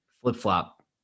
Flip-flop